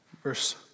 Verse